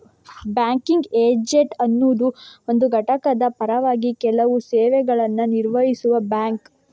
banking agent ಅನ್ನುದು ಒಂದು ಘಟಕದ ಪರವಾಗಿ ಕೆಲವು ಸೇವೆಗಳನ್ನ ನಿರ್ವಹಿಸುವ ಬ್ಯಾಂಕ್